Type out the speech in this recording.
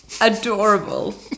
Adorable